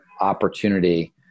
opportunity